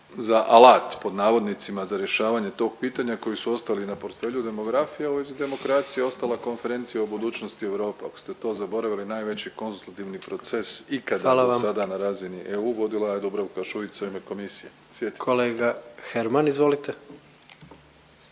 za alat pod navodnicima za rješavanje tog pitanja koji su ostali na portfelju demografije, a u vezi demokracije ostala Konferencija o budućnosti Europe. Ako ste to zaboravili, najveći konzultativni proces ikada …/Upadica predsjednik: Hvala vam./…dosada na razini EU vodila je Dubravka Šuica i na komisiji, sjetite se. **Jandroković,